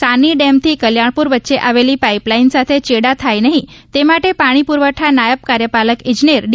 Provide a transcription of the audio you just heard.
સાની ડેમથી કલ્યાણપૂર વચ્ચે આવેલી પાઇપલાઇન સાથે ચેડાં થાય નહિં તે માટે પાણી પુરવઠા નાયબ કાર્યપાલક ઇજનેર ડી